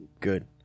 good